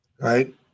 Right